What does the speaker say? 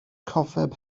cofeb